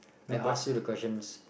I ask you the question